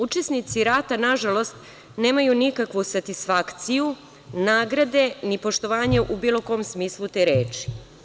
Učesnici rata, nažalost, nemaju nikakvu satisfakciju nagrade ni poštovanja u bilo kom smislu te reči.